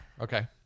okay